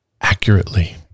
accurately